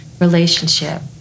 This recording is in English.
relationship